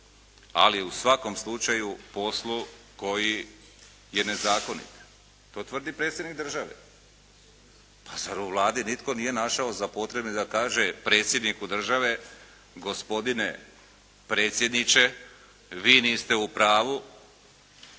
ali u svakom slučaju poslu koji je nezakonit. To tvrdi Predsjednik države. Pa zar u Vladi nitko nije našao za potrebnim da kaže Predsjedniku države, gospodine predsjedniče vi niste u pravu,